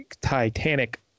titanic